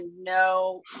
no